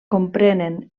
comprenen